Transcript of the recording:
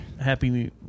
happy